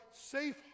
safe